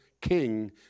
king